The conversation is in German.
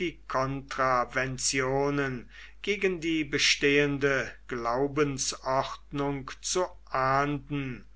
die kontraventionen gegen die bestehende glaubensordnung zu ahnden